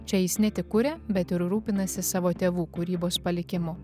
čia jis ne tik kuria bet ir rūpinasi savo tėvų kūrybos palikimu